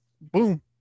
boom